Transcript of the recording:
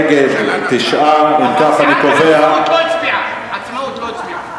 נגד, 9. אם כך, אני קובע העצמאות לא הצביעו.